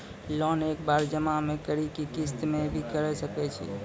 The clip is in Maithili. लोन एक बार जमा म करि कि किस्त मे भी करऽ सके छि?